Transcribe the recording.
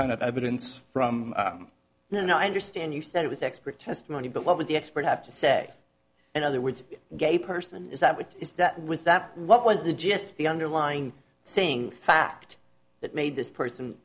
kind of evidence from then i understand you said it was expert testimony but what would the expert have to say another word gay person is that what is that with that what was the just the underlying thing fact that made this person